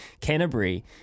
Canterbury